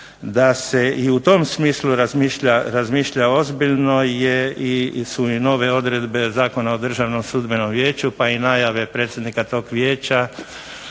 Da se i u tom smislu razmišlja ozbiljno je, i su i nove odredbe Zakona o Državnom sudbenom vijeću, pa i najave predsjednika tog vijeća,